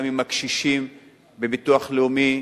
גם עם הקשישים בביטוח לאומי,